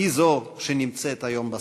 היא זו שנמצאת היום בסכנה.